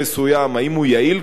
האם הוא יעיל כלכלית,